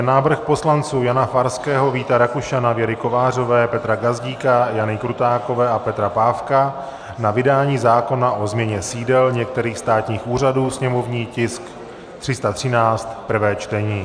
Návrh poslanců Jana Farského, Víta Rakušana, Věry Kovářové, Petra Gazdíka, Jany Krutákové a Petra Pávka na vydání zákona o změně sídel některých státních úřadů /sněmovní tisk 313/ prvé čtení